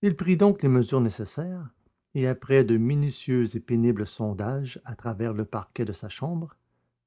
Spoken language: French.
il prit donc les mesures nécessaires et après de minutieux et pénibles sondages à travers le parquet de sa chambre